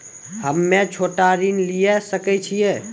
हम्मे छोटा ऋण लिये सकय छियै?